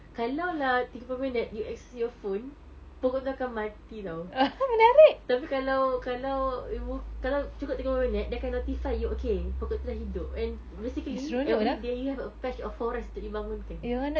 kalau lah tiga puluh minit you access your phone pokok tu akan mati [tau] tapi kalau kalau you buk~ kalau cukup tiga puluh minit dia akan notify you okay pokok tu dah hidup and basically everyday you have a patch of forest untuk dibangunkan